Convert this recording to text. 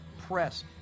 press